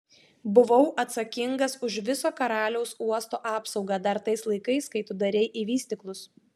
buvau atsakingas už viso karaliaus uosto apsaugą dar tais laikais kai tu darei į vystyklus